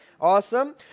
Awesome